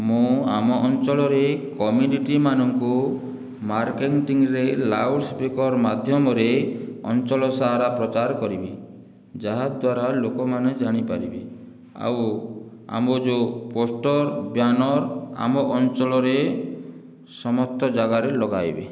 ମୁଁ ଆମ ଅଞ୍ଚଳରେ କମୋଡ଼ିଟିମାନଙ୍କୁ ମାର୍କେଂଟିଂରେ ଲାଉଡ଼ସ୍ପିକର ମାଧ୍ୟମରେ ଅଞ୍ଚଲ ସାରା ପ୍ରଚାର କରିବି ଯାହାଦ୍ୱାରା ଲୋକମାନେ ଜାଣିପାରିବେ ଆଉ ଆମ ଯେଉଁ ପୋଷ୍ଟର ବ୍ୟାନର ଆମ ଅଞ୍ଚଳରେ ସମସ୍ତ ଜାଗାରେ ଲଗାଇବେ